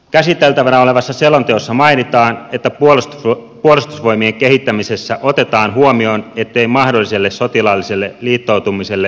käsiteltävänä olevassa selonteossa mainitaan että puolustusvoimien kehittämisessä otetaan huomioon ettei mahdolliselle sotilaalliselle liittoutumiselle muodostu esteitä